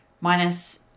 minus